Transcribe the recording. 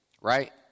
right